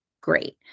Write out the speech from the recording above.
great